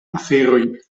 aferoj